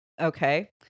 Okay